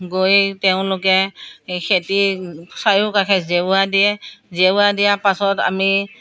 গৈ তেওঁলোকে খেতিৰ চাৰিওকাষে জেওৰা দিয়ে জেওৰা দিয়াৰ পাছত আমি